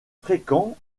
fréquent